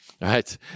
Right